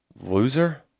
loser